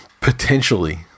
potentially